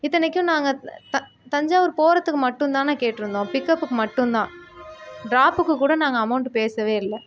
இத்தனைக்கும் நாங்கள் தஞ்சாவூர் போகிறத்துக்கு மட்டுந்தாண்ணா கேட்டிருந்தோம் பிக்கப்புக்கு மட்டுந்தான் ட்ராப்புக்கு கூட நாங்கள் அமௌண்ட் பேசவே இல்லை